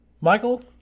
Michael